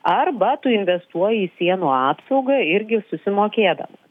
arba tu investuoji į sienų apsaugą irgi susimokėdamas